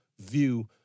view